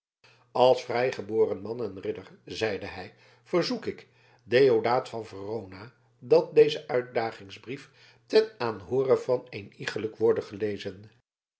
als vrijgeboren man en ridder zeide hij verzoek ik deodaat van verona dat deze uitdagingsbrief ten aanhoore van een iegelijk worde gelezen